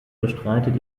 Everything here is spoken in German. bestreitet